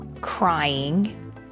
crying